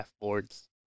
boards